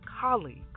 colleagues